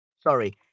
Sorry